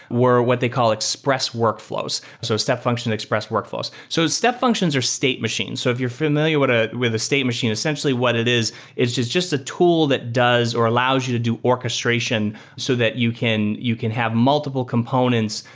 were what they call express workfl ows. so step function express workforce. so step functions or state machine. so if you're familiar ah with a state machine, essentially what it is, is it's just a tool that does or allows you to do orchestration so that you can you can have multiple components.